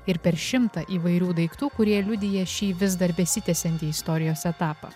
ir per šimtą įvairių daiktų kurie liudija šį vis dar besitęsiantį istorijos etapą